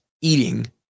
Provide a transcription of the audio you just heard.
eating